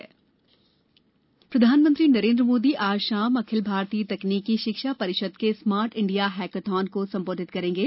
Modi hackathon प्रधानमंत्री नरेन्द्र मोदी आज शाम अखिल भारतीय तकनीकी शिक्षा परिषद के स्मार्ट इंडिया हैकाथन को संबोधित करेंगे